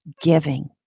giving